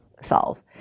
solve